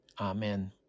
Amen